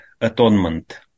atonement